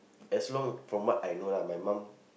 as long from what I know lah my mum